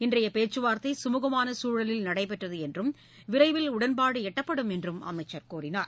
இன்றையபேச்சுவார்த்தை சுமூகமானசூழலில் நடைபெற்றதுஎன்றும் விரைவில் உடன்பாடுஎட்டப்படும் என்றும் அமைச்சர் கூறினார்